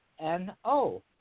N-O